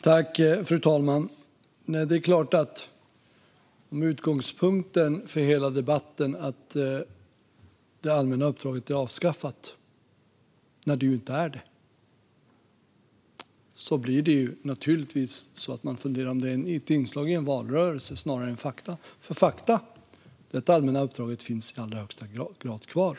Fru talman! Om utgångspunkten för hela debatten är att det allmänna uppdraget är avskaffat när det inte är det blir det naturligtvis funderingar över om det är ett inslag i en valrörelse snarare än fakta. Fakta är att det allmänna uppdraget i allra högsta grad finns kvar.